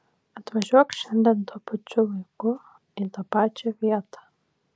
atvažiuok šiandien tuo pačiu laiku į tą pačią vietą